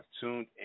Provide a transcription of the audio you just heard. tuned